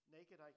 Naked